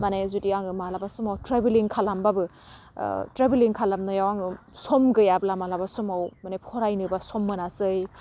माने जुदि आङो मालाबा समाव ट्रेभेलिं खालामबाबो ओह ट्रेभेलिं खालामनायाव आङो सम गैयाब्ला मालाबा समाव माने फरायनोबा सम मोनासै